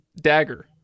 dagger